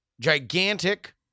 gigantic